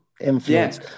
influence